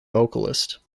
vocalist